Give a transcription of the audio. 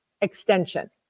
extension